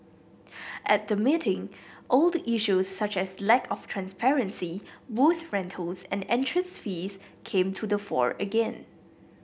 at the meeting old issues such as lack of transparency booth rentals and entrance fees came to the fore again